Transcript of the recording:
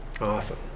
awesome